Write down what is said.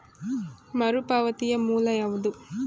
ಮರುಪಾವತಿಯ ಮೂಲ ಯಾವುದು?